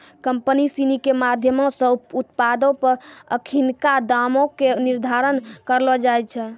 company सिनी के माधयमो से उत्पादो पे अखिनका दामो के निर्धारण करलो जाय छै